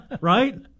Right